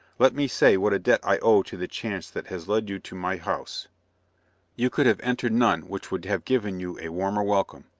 let me say what a debt i owe to the chance that has led you to my house you could have entered none which would have given you a warmer welcome.